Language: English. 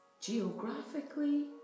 Geographically